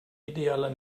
idealer